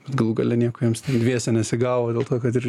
galų gale nieko jiems dviese nesigavo dėl to kad ir